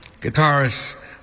guitarist